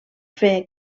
fer